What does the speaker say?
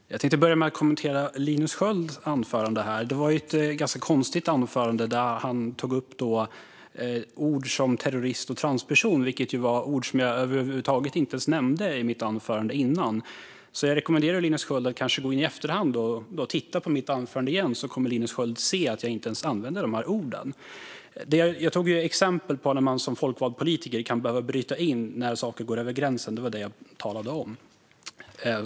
Herr talman! Jag tänkte börja med att kommentera Linus Skölds anförande. Det var ett ganska konstigt anförande där han tog upp ord som terrorist och transperson, som jag inte över huvud taget nämnde i mitt anförande tidigare. Jag rekommenderar Linus Sköld att i efterhand gå in och titta på mitt anförande. Han kommer då att se att jag inte använde dessa ord. Jag tog upp exempel på när man som folkvald politiker kan behöva bryta in, när saker går över gränsen. Det var detta jag talade om.